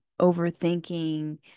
overthinking